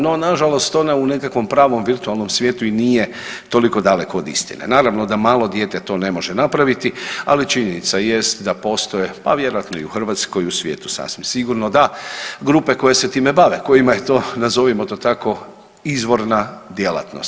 No ona u nekakvom pravom virtualnom svijetu i nije toliko daleko od istine, naravno da malo dijete to ne može napraviti, ali činjenica jest da postoje pa vjerojatno i u Hrvatskoj i u svijetu sasvim sigurno da grupe koje se time bave, kojima je to nazovimo to tako izvorna djelatnost.